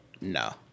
no